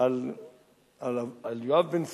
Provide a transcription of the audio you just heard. על יואב בן צרויה,